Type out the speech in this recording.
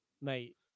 Mate